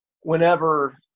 whenever